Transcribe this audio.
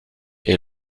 est